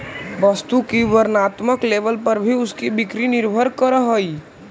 वस्तु की वर्णात्मक लेबल पर भी उसकी बिक्री निर्भर करअ हई